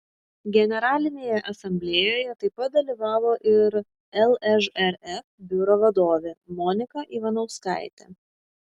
generalinėje asamblėjoje taip pat dalyvavo ir lžrf biuro vadovė monika ivanauskaitė